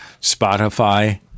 Spotify